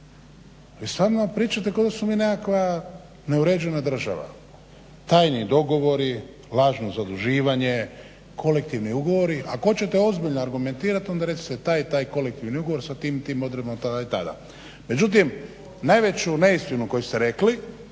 Vi stvarno pričate kao da smo mi nekakva neuređena država. Tajni dogovori, lažno zaduživanje, kolektivni ugovori. Ako hoćete ozbiljno argumentirati onda recite taj i taj kolektivni ugovor sa tim i tim odredbama tada i tada. Međutim, najveću neistinu koju ste rekli